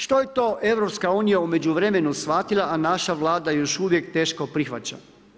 Što je to EU u međuvremenu shvatila, a naša Vlada još uvijek teško prihvaća?